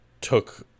took